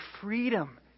freedom